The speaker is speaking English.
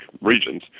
regions